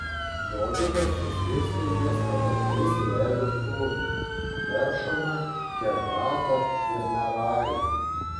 dovydas suskirstė juos pagal tris levio sūnus geršoną kehatą ir merarį